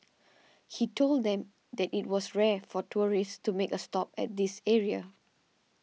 he told them that it was rare for tourists to make a stop at this area